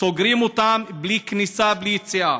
סוגרים אותם בלי כניסה, בלי יציאה.